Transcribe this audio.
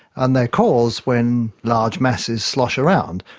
and they are caused when large masses slosh around.